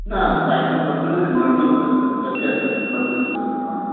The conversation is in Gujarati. ના પાઇપનો પ્રશ્ન નહીં નળ નો જ પ્રશ્ન છે ટપક્યાં જ કરે છે બંધ થતું નથી પાણી